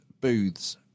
Booths